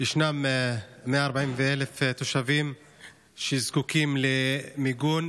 ישנם 140,000 תושבים שזקוקים למיגון.